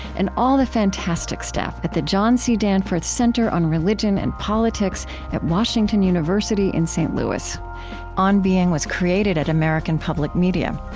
and all the fantastic staff at the john c. danforth center on religion and politics at washington university in st. louis on being was created at american public media.